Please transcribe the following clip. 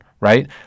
right